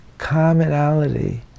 commonality